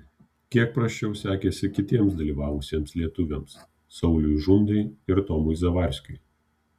kiek prasčiau sekėsi kitiems dalyvavusiems lietuviams sauliui žundai ir tomui zavarskiui